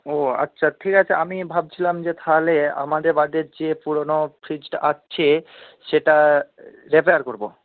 ও আচ্ছা ঠিক আছে আমি ভাবছিলাম যে তাহলে আমাদের বাড়িতে যে পুরনো ফ্রিজটা আছে সেটা রিপেয়ার করব